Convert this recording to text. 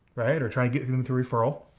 right? or trying to get them through referral.